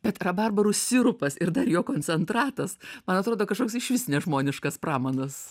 bet rabarbarų sirupas ir dar jo koncentratas man atrodo kažkoks išvis nežmoniškas pramanas